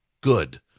Good